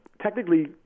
technically